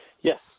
Yes